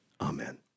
Amen